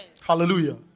Hallelujah